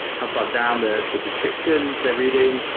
how far down the the description they're reading?